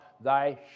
thy